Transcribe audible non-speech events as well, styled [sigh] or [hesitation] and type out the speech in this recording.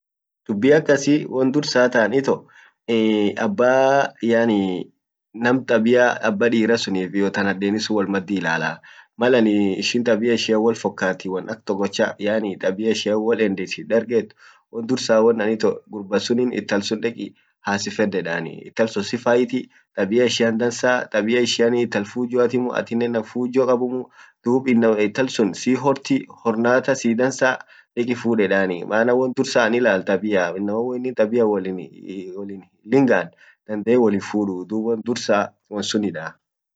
dugumaa inama agar inen [hesitation] lilla dugaleyyea. Yaani inama agar akukam tae dugumum dubetaa, maisha isa kas wonin midasuf wonin himmidasinine lilla duga irra dubeta. Dub inama akana dandee unum jira dunia kas won akasinen unum jirti wonin midasinen, dub wontun wom jirtu binaadam tin [hesitation] gudete duga dubete wom hinjir midasiti [unintelligible]